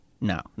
No